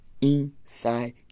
inside